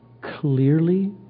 clearly